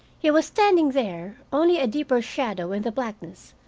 he was standing there, only a deeper shadow in the blackness,